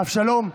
אבשלום,